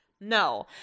No